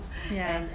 ya